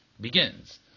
begins